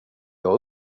jag